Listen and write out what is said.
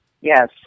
Yes